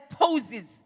poses